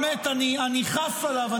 באמת, אני חס עליו.